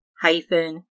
hyphen